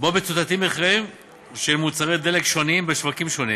שבו מצוטטים מחיריהם של מוצרי דלק שונים בשווקים שונים